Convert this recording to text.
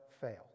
fail